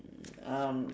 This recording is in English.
um